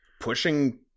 pushing